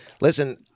Listen